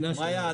שכנה שלי.